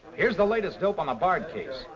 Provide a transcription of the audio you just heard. here's the latest dope on the bard case.